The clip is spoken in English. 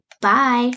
Bye